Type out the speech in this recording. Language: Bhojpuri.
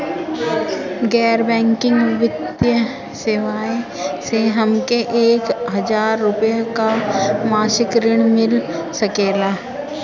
गैर बैंकिंग वित्तीय सेवाएं से हमके एक हज़ार रुपया क मासिक ऋण मिल सकेला?